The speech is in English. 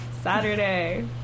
Saturday